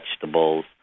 vegetables